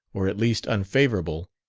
or at least unfavorable,